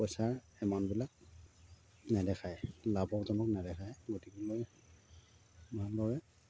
পইচাৰ এমাউণ্টবিলাক নেদেখায় লাভজনক নেদেখায় গতিকেলৈ